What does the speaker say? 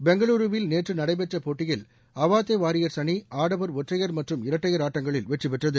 பெங்களுருவில் நேற்று நடைபெற்ற போட்டியில் அவாதே வாரியாஸ் அணி ஆடவா் ஒற்றையா் மற்றும் இரட்டையர் ஆட்டங்களில் வெற்றிப்பெற்றது